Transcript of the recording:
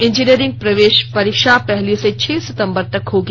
engineering प्रवेश परीक्षा पहली से छह सितम्बर तक होगी